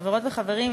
חברות וחברים,